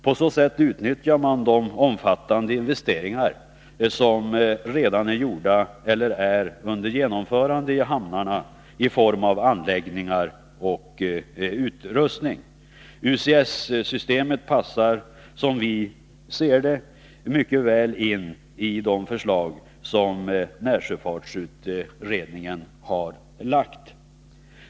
På så sätt utnyttjar man de omfattande investeringar som redan är gjorda eller är under genomförande i hamnarna i form av anläggningar och utrustning. UCS-systemet passar, som vi ser det, mycket väl in i närsjöfartsutredningens förslag.